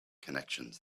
connections